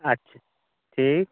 अच्छा ठीक